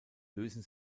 lösen